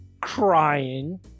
crying